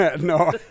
No